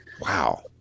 wow